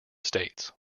states